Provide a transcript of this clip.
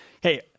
Hey